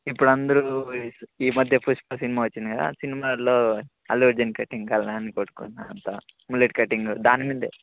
ఇప్పుడు అందరు ఈ మధ్య పుష్ప సినిమా వచ్చింది కదా సినిమాలో అల్లు అర్జున్ కటింగ్ కావలి అని కొట్టుకున్నారు అంత ముల్లెట్ కటింగ్ దాని మీద